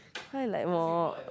why like more